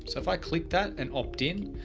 so if i click that and opt in,